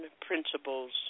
principles